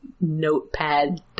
notepad